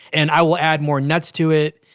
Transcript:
and i will add more nuts to it,